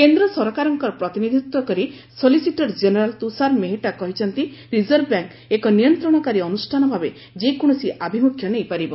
କେନ୍ଦ୍ର ସରକାରଙ୍କର ପ୍ରତିନିଧିତ୍ୱ କରି ସଲିସିଟର ଜେନେରାଲ୍ ତୁଷାର ମେହେଟା କହିଛନ୍ତି ରିଜର୍ଭବ୍ୟାଙ୍କ ଏକ ନିୟନ୍ତ୍ରଣକାରୀ ଅନୁଷ୍ଠାନ ଭାବେ ଯେକୌଣସି ଆଭିମୁଖ୍ୟ ନେଇପାରିବ